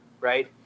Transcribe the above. Right